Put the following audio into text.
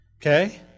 Okay